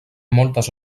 moltes